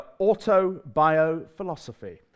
Autobiophilosophy